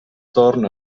torn